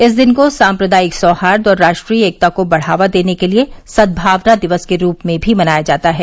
इस दिन को साम्प्रदायिक सौहार्द और राष्ट्रीय एकता को बढ़ावा देने के लिये सद्भावना दिवस के रूप में भी मनाया जाता है